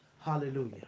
Hallelujah